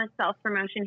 self-promotion